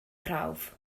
prawf